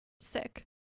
sick